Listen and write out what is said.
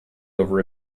over